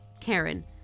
karen